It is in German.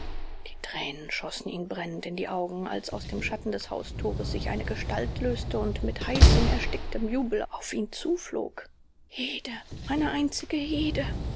die tränen schossen ihm brennend in die augen als aus dem schatten des haustores sich eine gestalt löste und mit heißem ersticktem jubel auf ihn zuflog hede meine einzige hede